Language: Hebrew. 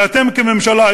ואתם כממשלה,